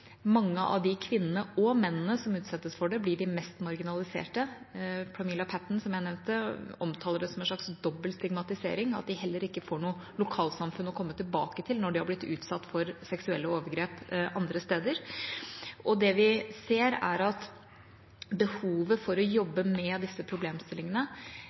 Mange av de kvinnene og mennene som utsettes for det, blir de mest marginaliserte. Pramila Patten, som jeg nevnte, omtaler det som en slags dobbel stigmatisering, at de heller ikke får noe lokalsamfunn å komme tilbake til når de har blitt utsatt for seksuelle overgrep andre steder. Det vi ser, er at behovet for å jobbe med disse problemstillingene